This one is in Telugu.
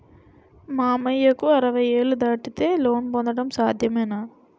మామయ్యకు అరవై ఏళ్లు దాటితే లోన్ పొందడం సాధ్యమేనా?